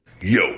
Yo